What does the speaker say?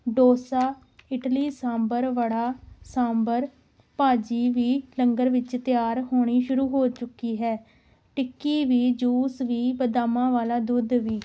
ਡੋਸਾ ਇਡਲੀ ਸਾਂਬਰ ਵੜਾ ਸਾਂਬਰ ਭਾਜੀ ਵੀ ਲੰਗਰ ਵਿੱਚ ਤਿਆਰ ਹੋਣੀ ਸ਼ੁਰੂ ਹੋ ਚੁੱਕੀ ਹੈ ਟਿੱਕੀ ਵੀ ਜੂਸ ਵੀ ਬਦਾਮਾਂ ਵਾਲਾ ਦੁੱਧ ਵੀ